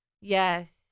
Yes